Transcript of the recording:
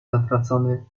zatracony